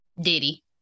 Diddy